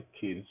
kids